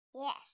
Yes